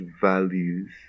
values